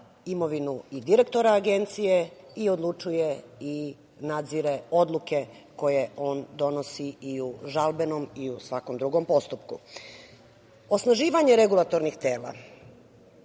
imovinu i direktora Agencije i odlučuje i nadzire odluke koje on donosi i u žalbenom i u svakom drugom postupku. Osnaživanje regulatornih tela